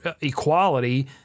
equality